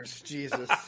Jesus